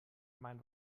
mein